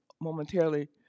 momentarily